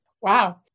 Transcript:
Wow